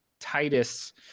Titus